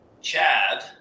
Chad